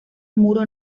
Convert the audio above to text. muro